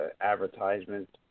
advertisements